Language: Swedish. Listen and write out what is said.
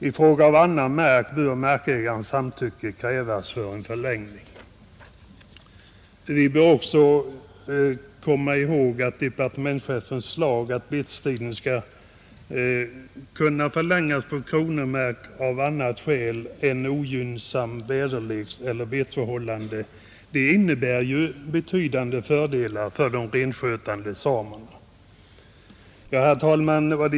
I fråga om annan mark bör markägarens samtycke krävas för en förlängning.” Vi bör också komma ihåg att departementschefens förslag att betestiden skall kunna förlängas på kronomark av annat skäl än ogynnsamma väderlekseller betesförhållanden innebär betydande fördelar för de renskötande samerna, Herr talman!